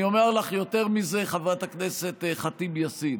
אני אומר לך יותר מזה, חברת הכנסת ח'טיב יאסין.